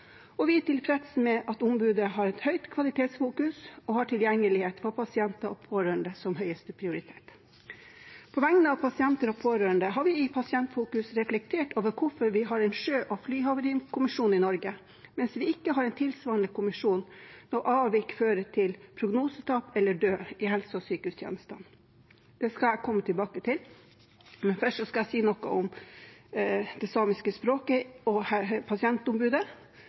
og vi er tilfreds med at ombudet har et høyt kvalitetsfokus og har tilgjengelighet for pasienter og pårørende som høyeste prioritet. På vegne av pasienter og pårørende har vi i Pasientfokus reflektert over hvorfor vi har en sjø- og flyhavarikommisjon i Norge, mens vi ikke har en tilsvarende kommisjon når avvik fører til prognosetap eller død i helse- og sykehustjenestene. Det skal jeg komme tilbake til, men først skal jeg si noe om det samiske språket og pasientombudet.